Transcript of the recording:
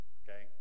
okay